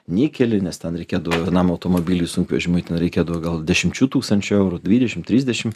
nikelį nes ten reikėdavo vienam automobiliui sunkvežimiui ten reikėdavo gal dešimčių tūkstančių eurų dvidešimt trisdešimt